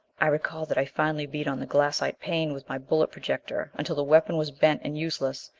i recall that i finally beat on the glassite pane with my bullet projector until the weapon was bent and useless.